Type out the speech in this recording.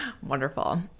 Wonderful